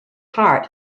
heart